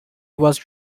was